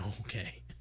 Okay